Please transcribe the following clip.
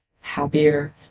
happier